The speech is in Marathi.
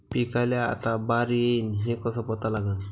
पिकाले आता बार येईन हे कसं पता लागन?